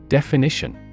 Definition